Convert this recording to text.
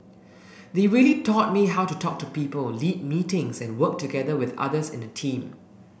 they really taught me how to talk to people lead meetings and work together with others in a team